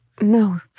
No